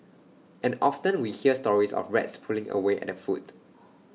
and often we hear stories of rats pulling away at the food